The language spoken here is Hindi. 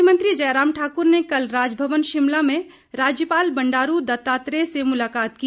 मुख्यमंत्री जयराम ठाक्र ने कल राजभवन शिमला में राज्यपाल बंडारू दत्तात्रेय से मुलाकात की